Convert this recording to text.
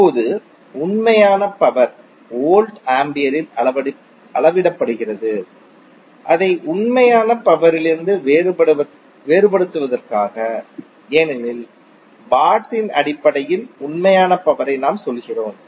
இப்போது உண்மையான power volt ஆம்பியரில் அளவிடப்படுகிறது அதை உண்மையான பவரிலிருந்து வேறுபடுத்துவதற்காகவே ஏனெனில் வாட்ஸின் அடிப்படையில் உண்மையான பவரை நாம் சொல்கிறோம்